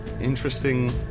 interesting